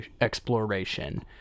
exploration